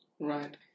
right